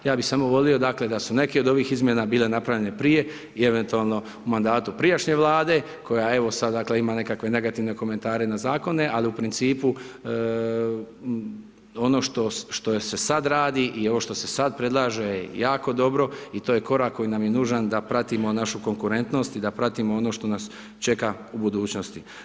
Ja bi samo volio, dakle da su neke od ovih izmjena bile napravljene prije i eventualno u mandatu prijašnje Vlade koja evo sad dakle ima nekakve negativne komentare na zakone, ali u principu, ono što se sad radi i ono što se sad predlaže je jako dobro i to je korak koji nam je nužan da pratimo našu konkurentnost i da pratimo ono što nas čeka u budućnosti.